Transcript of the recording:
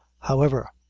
however,